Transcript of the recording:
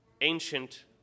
ancient